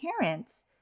parents